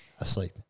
asleep